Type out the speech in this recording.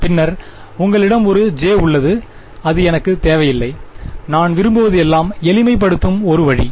பின்னர் உங்களிடம் ஒரு j ஜே உள்ளது அது எனக்குத் தேவையில்லை நான் விரும்புவது எல்லாம் எளிமைப்படுத்தும் ஒரு வழி